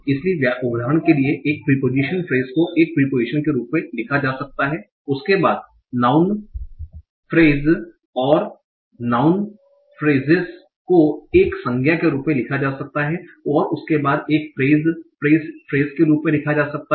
इसलिए उदाहरण के लिए एक प्रीपोजिशन फ्रेस को एक प्रीपोजिशन के रूप में लिखा जा सकता है और उसके बाद नाउँन फ्रेस और नाउँन फ्रेस को एक संज्ञा पद के रूप में लिखा जा सकता है और उसके बाद एक फ्रेस फ्रेस के रूप में लिखा जा सकता है